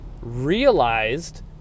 realized